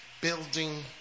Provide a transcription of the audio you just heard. building